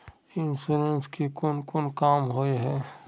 Insurance के कोन काम होय है?